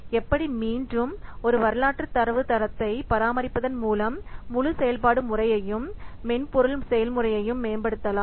எப்படி மீண்டும் ஒரு வரலாற்று தரவுத்தளத்தை பராமரிப்பதன் மூலம் முழு செயல்முறையையும் மென்பொருள் செயல்முறையை மேம்படுத்தலாம்